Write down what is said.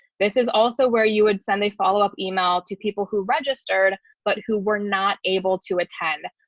this is also where you would send a follow up email to people who registered, but who were not able to attend.